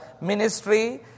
ministry